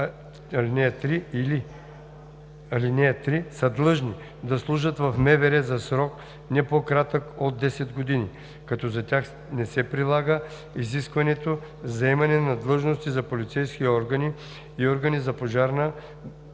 или ал. 3, са длъжни да служат в МВР за срок, не по-кратък от 10 години, като за тях не се прилага изискването за заемане на длъжности за полицейски органи и органи за пожарна